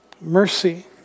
mercy